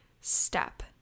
step